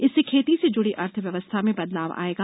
इससे खेती से जुड़ी अर्थव्यवस्था में बदलाव आएगा